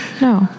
No